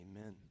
Amen